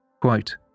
Quote